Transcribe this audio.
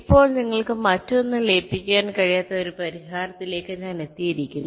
ഇപ്പോൾ നിങ്ങൾക്ക് മറ്റൊന്നും ലയിപ്പിക്കാൻ കഴിയാത്ത ഒരു പരിഹാരത്തിലേക്ക് ഞാൻ എത്തിയിരിക്കുന്നു